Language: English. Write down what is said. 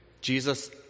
Jesus